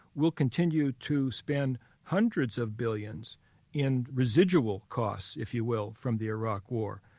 we'll continue to spend hundreds of billions in residual costs, if you will, from the iraq war,